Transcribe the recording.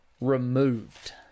removed